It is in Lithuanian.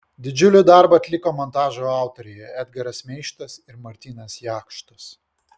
didžiulį darbą atliko montažo autoriai edgaras meištas ir martynas jakštas